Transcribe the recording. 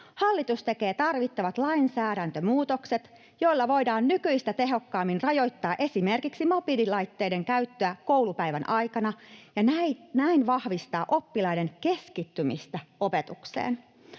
”Hallitus tekee tarvittavat lainsäädäntömuutokset, joilla voidaan nykyistä tehokkaammin rajoittaa esimerkiksi mobiililaitteiden käyttöä koulupäivän aikana ja näin vahvistaa oppilaiden keskittymistä opetukseen.”